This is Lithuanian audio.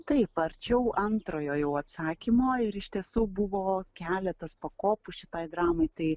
taip arčiau antrojo jau atsakymo ir iš tiesų buvo keletas pakopų šitai dramai tai